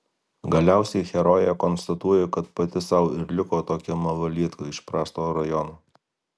galiausiai herojė konstatuoja kad pati sau ir liko tokia malalietka iš prasto rajono